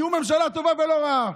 תהיו ממשלה טובה ולא רעה.